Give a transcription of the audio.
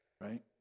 right